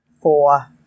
four